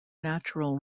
natural